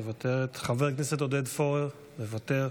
מוותרת, חבר הכנסת עודד פורר, מוותר.